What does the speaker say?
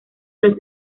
los